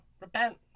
repent